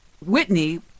Whitney